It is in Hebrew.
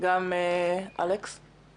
גם אלכס קושניר.